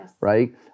right